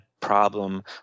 problem